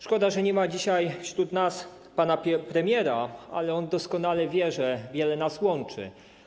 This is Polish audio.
Szkoda, że nie ma dzisiaj wśród nas pana premiera, ale on doskonale wie, że wiele nas łączy.